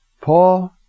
Paul